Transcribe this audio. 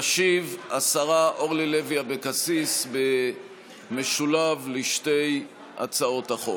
תשיב השרה אורלי לוי אבקסיס במשולב לשתי הצעות החוק.